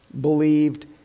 believed